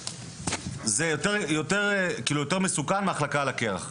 זה יותר מסוכן מהחלקה על הקרח.